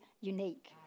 unique